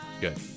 Good